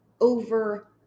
over